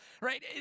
right